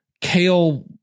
kale